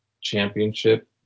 championship